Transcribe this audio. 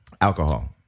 Alcohol